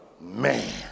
Man